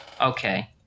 Okay